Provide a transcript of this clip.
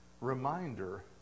reminder